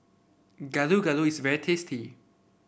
Gado Gado is very tasty